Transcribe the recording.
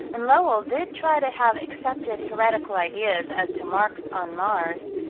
and lowell did try to have accepted heretical ideas as to marks on mars,